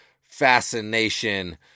fascination